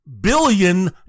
billion